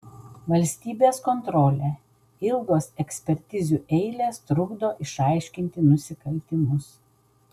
valstybės kontrolė ilgos ekspertizių eilės trukdo išaiškinti nusikaltimus